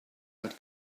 had